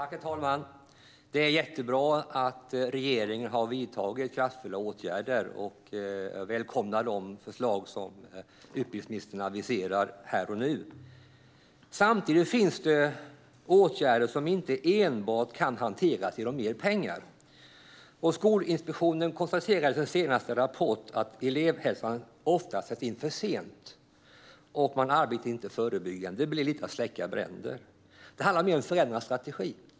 Herr talman! Det är jättebra att regeringen har vidtagit kraftfulla åtgärder. Jag välkomnar de förslag som utbildningsministern aviserar här och nu. Samtidigt finns det åtgärder som inte enbart kan hanteras genom mer pengar. Skolinspektionen konstaterar i sin senaste rapport att elevhälsan ofta sätts in för sent och att man inte arbetar förebyggande. Det blir lite som att släcka bränder. Det handlar mer om att förändra strategin.